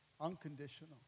unconditional